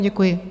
Děkuji.